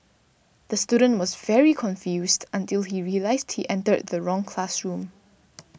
the student was very confused until he realised he entered the wrong classroom